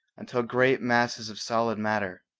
until great masses of solid matter,